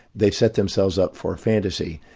they set themselves up for a fantasy,